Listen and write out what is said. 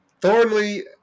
Thornley